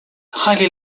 highly